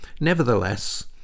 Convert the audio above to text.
Nevertheless